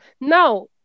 now